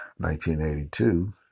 1982